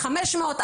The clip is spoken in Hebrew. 500,